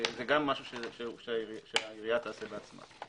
זה גם משהו שהעירייה תעשה בעצמה.